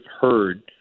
heard